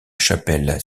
chapelle